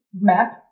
map